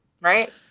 right